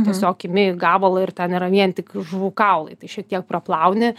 tiesiog imi gabalą ir ten yra vien tik žuvų kaulai tai šiek tiek praplauni